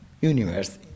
universe